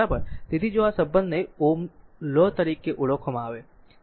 તેથી આ જો આ સંબંધને rΩ's law તરીકે ઓળખવામાં આવે